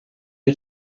had